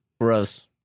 Gross